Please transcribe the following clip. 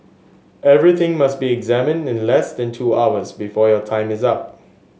everything must be examined in less than two hours before your time is up